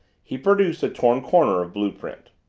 he produced a torn corner of blue-print.